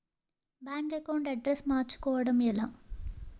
Bank account address మార్చుకోవడం ఎలా?